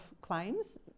claims